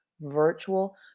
virtual